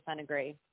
agree